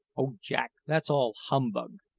oh, jack, that's all humbug!